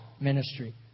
Ministry